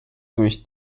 durch